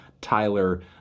Tyler